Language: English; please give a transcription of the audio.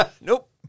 Nope